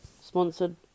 Sponsored